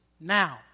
now